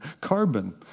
Carbon